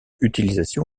utilisation